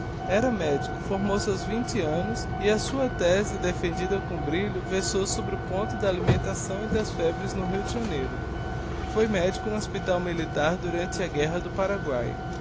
era medico formou-se aos annos e a sua these defendida com brilho versou sobre o ponto da alimentação e das febres no rio de janeiro foi medico do hospital militar durante a guerra do paraguay